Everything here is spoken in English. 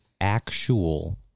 actual